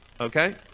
okay